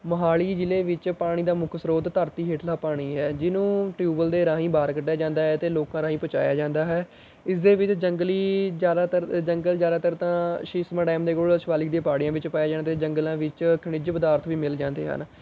ਮੋਹਾਲੀ ਜ਼ਿਲ੍ਹੇ ਵਿੱਚ ਪਾਣੀ ਦਾ ਮੁੱਖ ਸਰੋਤ ਧਰਤੀ ਹੇਠਲਾ ਪਾਣੀ ਹੈ ਜਿਹਨੂੰ ਟਿਊਬਲ ਦੇ ਰਾਹੀਂ ਬਾਹਰ ਕੱਢਿਆ ਜਾਂਦਾ ਹੈ ਅਤੇ ਲੋਕਾਂ ਰਾਹੀਂ ਪਹੁੰਚਾਇਆ ਜਾਂਦਾ ਹੈ ਇਸ ਦੇ ਵਿੱਚ ਜੰਗਲੀ ਜ਼ਿਆਦਾਤਰ ਜੰਗਲ ਜ਼ਿਆਦਾਤਰ ਤਾਂ ਸ਼ੀਸਮਾ ਡੈਮ ਦੇ ਕੋਲ ਸ਼ਿਵਾਲਿਕ ਦੀਆਂ ਪਹਾੜੀਆਂ ਵਿੱਚ ਪਾਇਆ ਜਾਂਦਾ ਹੈ ਅਤੇ ਜੰਗਲਾਂ ਵਿੱਚ ਖਣਿਜ ਪਦਾਰਥ ਵੀ ਮਿਲ ਜਾਂਦੇ ਹਨ